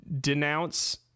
denounce